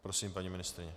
Prosím, paní ministryně.